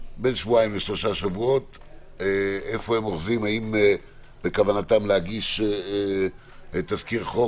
שבועיים או שלושה שבועות איפה הם אוחזים האם בכוונתם להגיש תזכיר חוק,